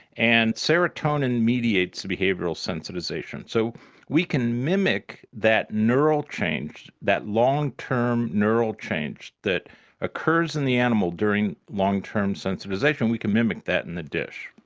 and serotonin mediates behavioural sensitisation. so we can mimic that neural change, that long-term neural change that occurs in the animal during long-term sensitisation, we can mimic that in the dish.